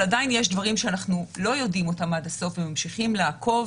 עדיין יש דברים שאנחנו לא יודעים עד הסוף וממשיכים לעקוב